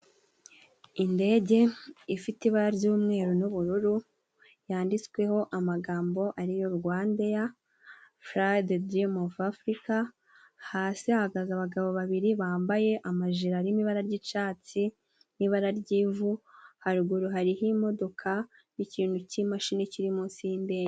Indege ifite ibara ry'umweru n'ubururu, yanditsweho amagambo ari yo rwanda eya furayi de dirimu ovu afurika, hasi hahagaze abagabo babiri bambaye amajimo ibara ry'icyatsi n'ibara ry'ivu haruguru, hariho imodoka y'imashini kiri munsi y'indege.